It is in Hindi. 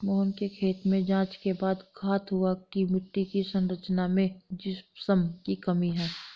मोहन के खेत में जांच के बाद ज्ञात हुआ की मिट्टी की संरचना में जिप्सम की कमी है